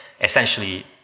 essentially